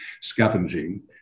scavenging